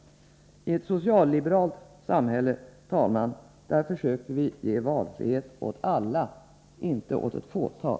I ett socialliberalt samhälle, herr talman, försöker vi ge valfrihet åt alla, inte åt ett fåtal.